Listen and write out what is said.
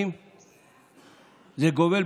תודה רבה.